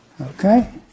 Okay